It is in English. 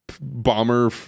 bomber